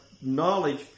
knowledge